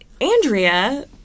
Andrea